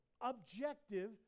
objective